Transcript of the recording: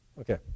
Okay